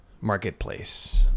marketplace